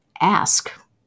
ask